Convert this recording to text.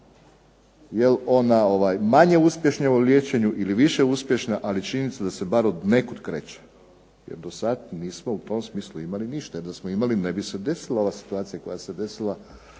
jel ona manje uspješna u liječenju ili više uspješna, ali činjenica je da se bar od nekud kreće jer do sad nismo u tom smislu imali ništa, jer da smo imali ne bi se desila ova situacija koja se desila